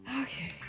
Okay